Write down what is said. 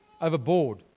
overboard